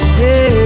hey